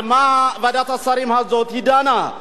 על מה ועדת השרים הזאת דנה?